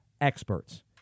experts